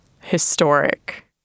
historic